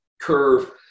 curve